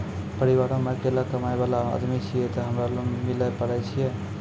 परिवारों मे अकेलो कमाई वाला आदमी छियै ते हमरा लोन मिले पारे छियै?